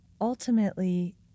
ultimately